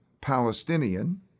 Palestinian